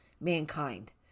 mankind